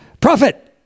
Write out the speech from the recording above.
Prophet